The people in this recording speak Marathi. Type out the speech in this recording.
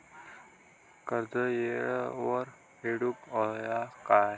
कर्ज येळेवर फेडूक होया काय?